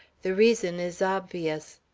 the reason is obvious.